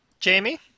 Jamie